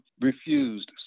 refused